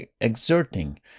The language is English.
exerting